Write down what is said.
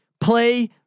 Play